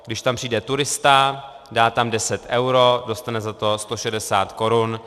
Když tam přijde turista, dá tam 10 eur, dostane za to 160 korun.